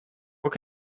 what